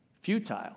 futile